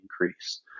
increase